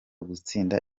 gutsinda